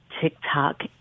TikTok